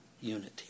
unity